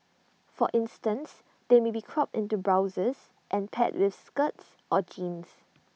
for instance they might be cropped into blouses and paired with skirts or jeans